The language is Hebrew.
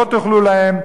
לא תוכל להם,